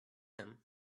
him